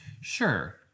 sure